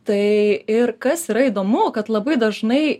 tai ir kas yra įdomu kad labai dažnai